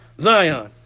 Zion